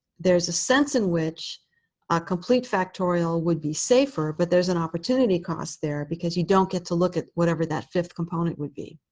there is a sense in which a complete factorial would be safer, but there is an opportunity cost there because you don't get to look at whatever that fifth component would be.